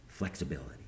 flexibility